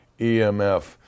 EMF